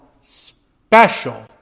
special